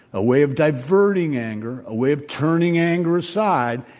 a way of diverting anger, a way of turning anger aside,